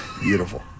Beautiful